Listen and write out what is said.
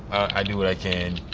i do what i can.